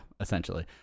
essentially